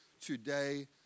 today